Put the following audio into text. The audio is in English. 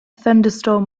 thunderstorm